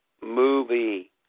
movie